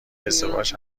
ازدواج